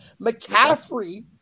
McCaffrey